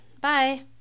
Bye